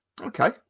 Okay